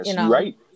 right